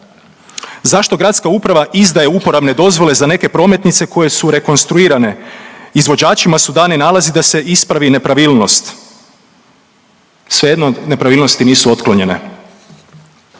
Zašto gradska uprava izdaje uporabne dozvole za neke prometnice koje su rekonstruirane? Izvođačima su dani nalazi da se ispravi nepravilnost. Svejedno nepravilnosti nisu otklonjene.